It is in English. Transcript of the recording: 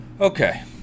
Okay